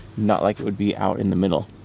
not like it would be out in the middle.